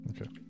Okay